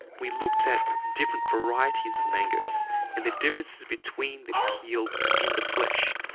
we looked at different varieties of mangoes and the differences between the peel and the flesh.